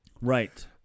Right